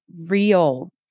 real